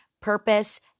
purpose